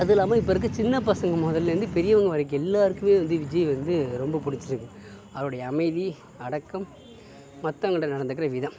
அதில்லாமல் இப்போ இருக்க சின்ன பசங்கள் முதல்ல இருந்து பெரியவங்கள் வரைக்கும் எல்லாருக்குமே வந்து விஜய் வந்து ரொம்ப பிடிச்சிருக்கு அவருடைய அமைதி அடக்கம் மற்றவங்கள்ட்ட நடந்துக்கிற விதம்